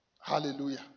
Hallelujah